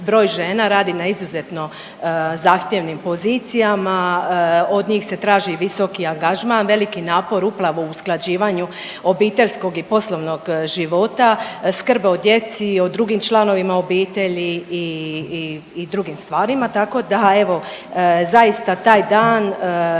broj žena radi na izuzetno zahtjevnim pozicijama. Od njih se traži visoki angažman, veliki napor upravo u usklađivanju obiteljskog i poslovnog života, skrb o djeci, o drugim članovima obitelji i drugim stvarima. Tako da evo zaista taj dan